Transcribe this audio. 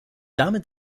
damit